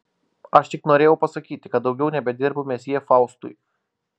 aš tik norėjau pasakyti kad daugiau nebedirbu mesjė faustui